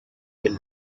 elle